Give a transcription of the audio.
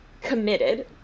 committed